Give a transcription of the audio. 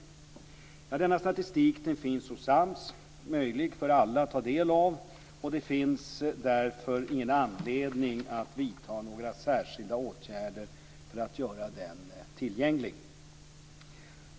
Denna statistik finns hos AMS, möjlig för alla att ta del av, och det finns därför ingen anledning att vidta några särskilda åtgärder för att göra den tillgänglig.